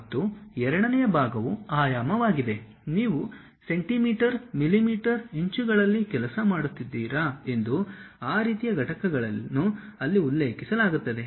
ಮತ್ತು ಎರಡನೆಯ ಭಾಗವು ಆಯಾಮವಾಗಿದೆ ನೀವು ಸೆಂಟಿಮೀಟರ್ ಮಿಲಿಮೀಟರ್ ಇಂಚುಗಳಲ್ಲಿ ಕೆಲಸ ಮಾಡುತ್ತಿದ್ದೀರಾ ಎಂದು ಆ ರೀತಿಯ ಘಟಕಗಳನ್ನು ಅಲ್ಲಿ ಉಲ್ಲೇಖಿಸಲಾಗುತ್ತದೆ